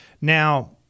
Now